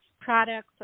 products